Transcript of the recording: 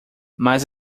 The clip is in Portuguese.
mas